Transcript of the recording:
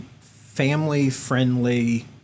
family-friendly